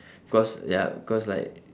cause ya cause like